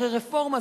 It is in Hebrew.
הרי רפורמה,